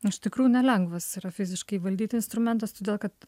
iš tikrųjų nelengvas yra fiziškai valdyti instrumentas todėl kad